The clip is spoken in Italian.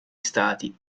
stati